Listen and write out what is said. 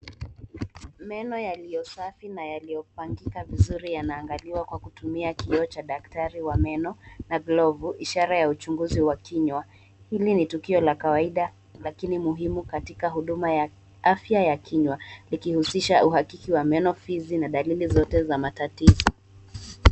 Meno yaliyo Safi na yaliyopangika yanaangaliwa kwa kutumia kioo cha daktari wa meno na glovu, ishara ya uchunguzi wa kinywa. Hili ni tukio la kawaida katika huduma ya kiafya ya kinywa likihusisha uhakiki wa meno fizi na dalili zote za matatizo.